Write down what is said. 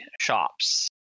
shops